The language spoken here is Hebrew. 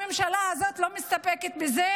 הממשלה הזאת לא מסתפקת בזה,